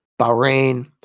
Bahrain